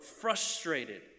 frustrated